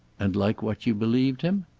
and like what you believed him?